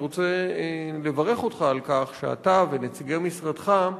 אני רוצה לברך אותך על כך שאתה ונציגי משרדך,